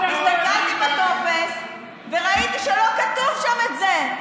הסתכלתי בטופס וראיתי שלא כתוב שם את זה.